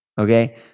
okay